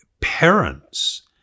parents